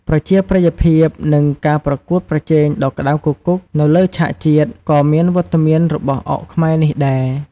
ប្រជាប្រិយភាព និងការប្រកួតប្រជែងដ៏ក្ដៅគគុក នៅលើឆាកជាតិ ក៏មានវត្តមានរបស់អុកខ្មែរនេះដែរ។